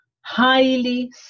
highly